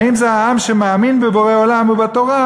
האם זה העם שמאמין בבורא עולם ובתורה,